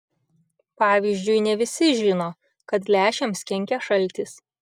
pavyzdžiui ne visi žino kad lęšiams kenkia šaltis